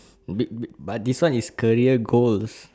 be be but this one is career goals